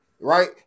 right